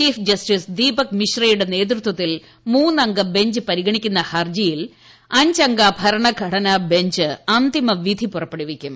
chief justice Deepak മിശ്രയുടെ നേതൃത്വത്തിൽ മൂന്നംഗ ബഞ്ച് പരിഗണിക്കുന്ന ഹർജിയിൽ അഞ്ചംഗ ഭരണഘടനാ ബെഞ്ച് അന്തിമവിധി പുറപ്പെടുവിക്കും